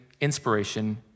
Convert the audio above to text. inspiration